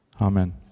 Amen